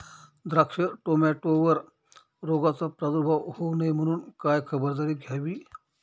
द्राक्ष, टोमॅटोवर रोगाचा प्रादुर्भाव होऊ नये म्हणून काय खबरदारी घ्यावी?